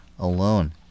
alone